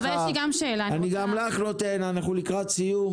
אנחנו לקראת סיום.